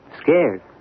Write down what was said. Scared